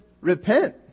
repent